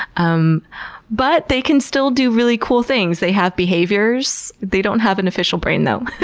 um but they can still do really cool things. they have behaviors. they don't have an official brain, though.